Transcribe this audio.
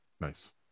Nice